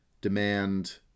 demand